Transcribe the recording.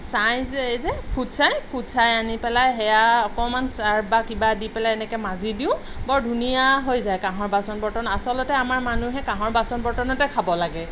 ছাঁই যে এই যে ফুতছাঁই ফুতছাঁই আনিপেলাই সেয়া অকণমান চাৰ্ফ বা কিবা দি পেলাই এনেকৈ মাজি দিওঁ বৰ ধুনীয়া হৈ যায় কাঁহৰ বাচন বৰ্তন আচলতে আমাৰ মানুহে কাঁহৰ বাচন বৰ্তনতে খাব লাগে